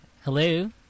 hello